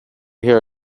here